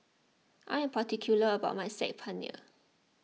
I am particular about my Saag Paneer